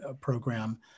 program